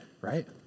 right